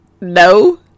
no